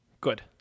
Good